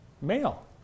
male